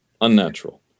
unnatural